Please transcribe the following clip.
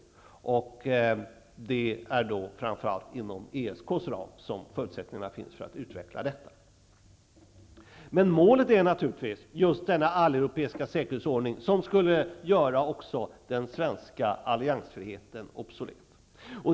Det är framför allt inom ESK:s ram som förutsättningar finns att utveckla detta. Målet är naturligtvis just denna alleuropeiska säkerhetsordning, som skulle göra också den svenska alliansfriheten obsolet.